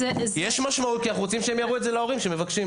יש משמעות כי אנחנו רוצים שהם יראו את זה להורים שמבקשים.